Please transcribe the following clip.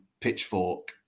pitchfork